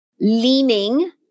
leaning